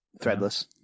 threadless